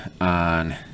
on